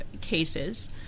cases